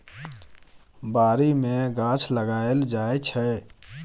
बारी मे गाछ लगाएल जाइ छै